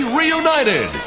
reunited